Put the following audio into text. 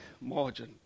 margin